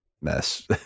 mess